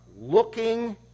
looking